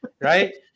right